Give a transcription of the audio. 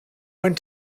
went